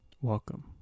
Welcome